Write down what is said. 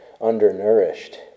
undernourished